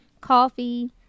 coffee